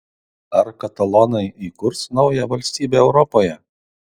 ar katalonai įkurs naują valstybę europoje